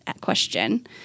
question